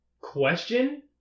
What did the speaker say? question